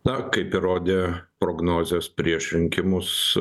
na kaip ir rodė prognozės prieš rinkimus